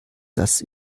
das